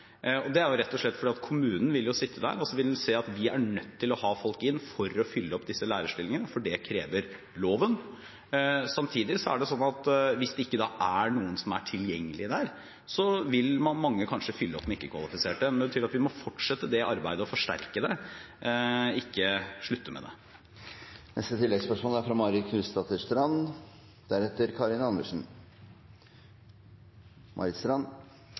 Det er rett og slett fordi kommunen vil sitte og se at de er nødt til å ha folk inn for å fylle opp disse lærerstillingene, for det krever loven. Samtidig, hvis det ikke er noen som er tilgjengelig der, vil mange kanskje fylle opp med ikke-kvalifiserte. Det betyr at vi må fortsette det arbeidet og forsterke det, ikke slutte med det. Marit Knutsdatter Strand – til oppfølgingsspørsmål. Jeg vil ønske statsråden velkommen tilbake fra